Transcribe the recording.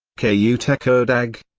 k u. tekirdag.